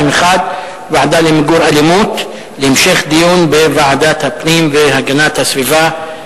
121) (ועדה למיגור אלימות) להמשך דיון בוועדת הפנים והגנת הסביבה.